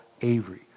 Avery